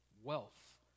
Wealth